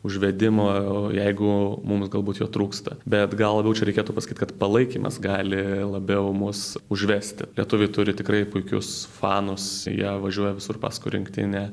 užvedimo o jeigu mums galbūt jo trūksta bet gal labiau čia reikėtų pasakyt kad palaikymas gali labiau mus užvesti lietuviai turi tikrai puikius fanus jie važiuoja visur paskui rinktinę